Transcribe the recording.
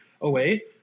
away